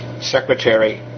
secretary